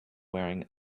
wearing